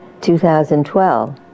2012